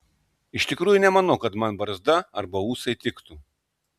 iš tikrųjų nemanau kad man barzda arba ūsai tiktų